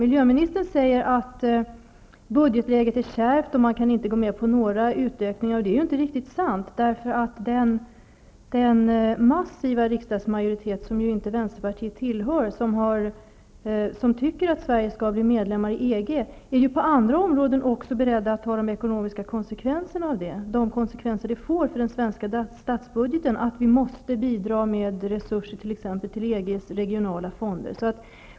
Miljöministern säger att budgetläget är kärvt och att man inte kan gå med på några utökningar. Det är ju inte riktigt sant. Den massiva riksdagsmajoritet, som vänsterpartiet inte tillhör, som tycker att Sverige skall bli medlem i EG är ju beredd att ta de ekonomiska konsekvenserna av detta på andra områden. Man är beredd att ta de konsekvenser det får för den svenska statsbudgeten att vi måste bidra med resurser till t.ex. EG:s regionala fonder.